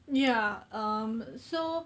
ya um so